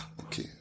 Okay